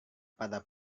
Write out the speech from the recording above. pada